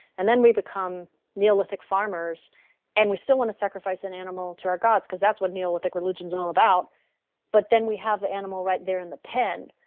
and then we become neolithic farmers and we still want to sacrifice an animal to our gods, because that's what neolithic religion is all about but then we have the animal right there in the pen,